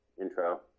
intro